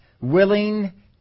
Willing